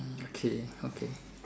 okay okay